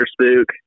spook